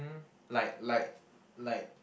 like like like